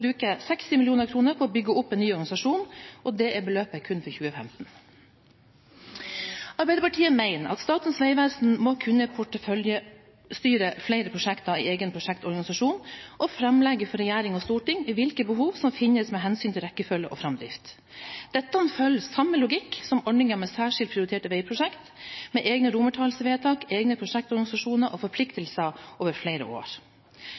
bruke 60 mill. kr på å bygge opp en ny organisasjon, og det er beløpet kun for 2015. Arbeiderpartiet mener at Statens vegvesen må kunne porteføljestyre flere prosjekter i egen prosjektorganisasjon og framlegge for regjering og storting hvilke behov som finnes med hensyn til rekkefølge og framdrift. Dette følger samme logikk som ordningen med særskilt prioriterte veiprosjekter, med egne romertallsvedtak, egne prosjektorganisasjoner og forpliktelser over flere år.